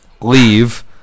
leave